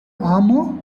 armor